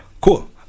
Cool